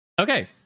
okay